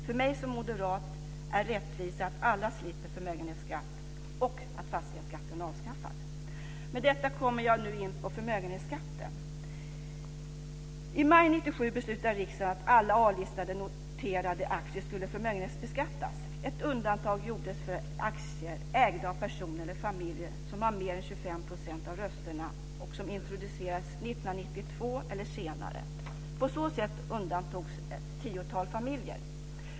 För mig som moderat är rättvisa att alla slipper förmögenhetsskatt och att fastighetsskatten avskaffas. Med detta kommer jag nu in på förmögenhetsskatten. listenoterade aktier skulle förmögenhetsbeskattas. Ett undantag gjordes för aktier ägda av personer eller familjer som hade mer än 25 % av rösterna och då introduktionen gjorts 1992 eller senare. På så sätt undantogs ett tiotal familjer.